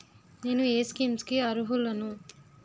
నేను ఏ స్కీమ్స్ కి అరుహులను?